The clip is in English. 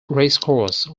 racecourse